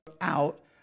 out